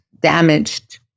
damaged